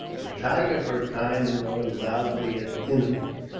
the tiger, for a time, roared loudly at intervals.